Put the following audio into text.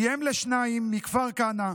אם לשניים מכפר כנא,